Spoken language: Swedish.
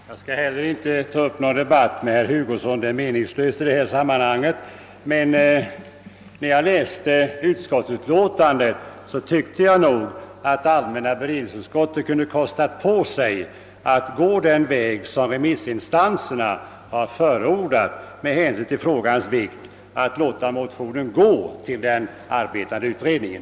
Herr talman! Jag skall inte ta upp någon debatt med herr Hugosson. Det är meningslöst i detta sammanhang. Men när jag läste allmänna beredningsutskottets utlåtande tyckte jag att utskottet kunde ha kostat på sig att gå den väg som remissinstanserna förordat, nämligen att med hänsyn till frågans vikt vidarebefordra motionerna till den arbetande utredningen.